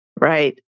Right